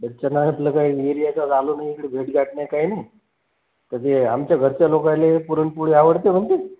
घरच्यांना आपलं काय एरियाचं झालं नाही इकडे भेट गाठ नाही काय नाही तर ते आमच्या घरच्या लोकायले पुरणपोळी आवडते म्हणते